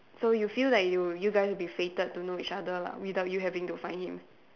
so you feel like you'll you guys will be fated to know each other lah without you having to find him